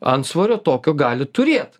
antsvorio tokio gali turėt